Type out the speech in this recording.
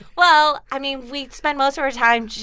well, i mean, we spent most of our time just,